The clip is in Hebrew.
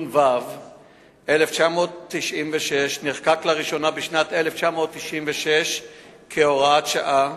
התשנ"ו 1996, נחקק לראשונה בשנת 1996 כהוראת שעה.